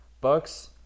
Bucks